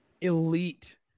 Elite